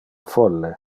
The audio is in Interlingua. folle